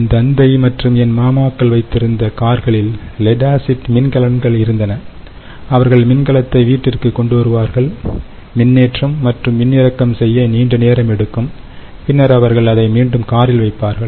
என் தந்தை மற்றும் என் மாமாக்கள் வைத்திருந்த கார்களில் லெட் ஆசிட் மின்கலன்கள் இருந்தன அவர்கள் மின்கலத்தை வீட்டிற்கு கொண்டு வருவார்கள் மின்னேற்றம் மற்றும் மின்னிறக்கம் செய்ய நீண்ட நேரம் எடுக்கும் பின்னர் அவர்கள் அதை மீண்டும் காரில் வைப்பார்கள்